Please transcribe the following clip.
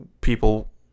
people